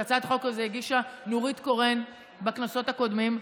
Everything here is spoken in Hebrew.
את הצעת החוק הזו הגישה נורית קורן בכנסות הקודמות,